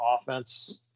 offense